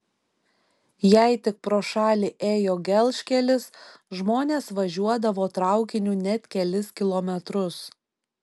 jei tik pro šalį ėjo gelžkelis žmonės važiuodavo traukiniu net kelis kilometrus